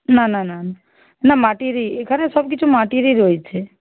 না না না না মাটিরই এখানে সব কিছু মাটিরই রয়েছে